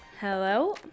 Hello